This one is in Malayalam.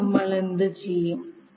അപ്പോൾ നമ്മൾ എന്തു ചെയ്യും